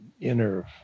inner